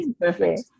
Perfect